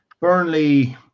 Burnley